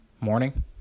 morning